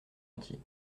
entier